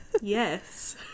yes